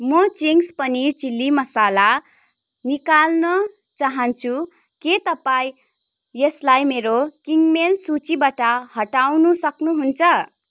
म Ching's paneer chilli masala निकाल्न चाहन्छु के तपाईँ यसलाई मेरो किनमेल सूचीबाट हटाउन सक्नु हुन्छ